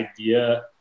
idea